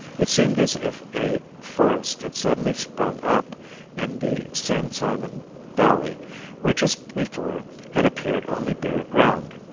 it seemed as if a forest had suddenly sprung up in the san simon valley where just before had appeared only bare ground.